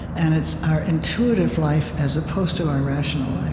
and it's our intuitive life as opposed to our rational life.